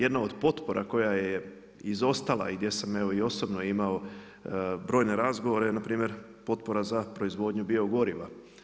Jedan od potpora koja je izostala i gdje sam evo i osobno imao brojne razgovore, npr. potpora za proizvodnju bio goriva.